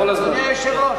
אדוני היושב-ראש,